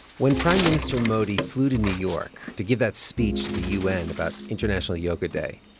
when prime minister modi flew to new york to give that speech to the u n. about international yoga day,